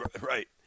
Right